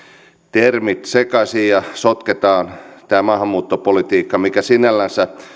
termit sekaisin ja sotketaan tämä maahanmuuttopolitiikka mikä sinällänsä